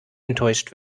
enttäuscht